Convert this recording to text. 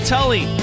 Tully